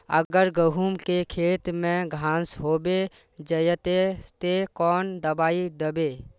अगर गहुम के खेत में घांस होबे जयते ते कौन दबाई दबे?